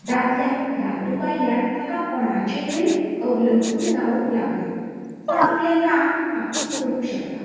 दादल्याक रांदूंक आयल्यार ताका कोणाचेरुय अवलंबून रावंक लागना तो आपले काम आपूण करूंक शकता